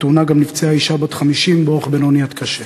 בתאונה נפצעה גם אישה בת 50 באורח בינוני עד קשה,